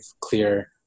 clear